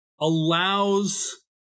allows